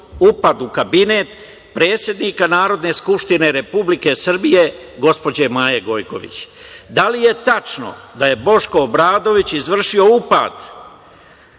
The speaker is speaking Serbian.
upad u kabinet predsednika Narodne skupštine Republike Srbije, gospođe Maje Gojković? Da li je tačno da je Boško Obradović izvršio upad